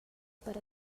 per